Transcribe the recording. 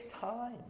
time